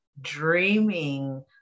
dreaming